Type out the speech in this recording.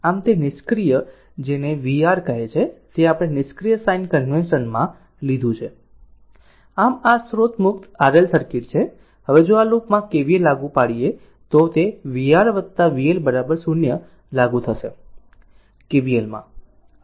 આમ તે નિષ્ક્રિય જેને આ vR કહે છે તે આપણે નિષ્ક્રિય સાઇન કન્વેશન માં લીધું છે આમ આ સ્રોત મુક્ત RL સર્કિટ છે હવે જો આ લૂપમાં KVL લાગુ પડે તો તે vR vL 0 લાગુ થશે KVL